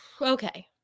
Okay